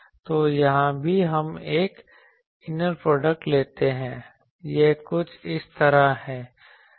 तो यहाँ भी हम एक इनर प्रोडक्ट लेते हैं यह कुछ इस तरह है